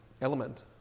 element